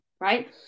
right